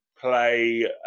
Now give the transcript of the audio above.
play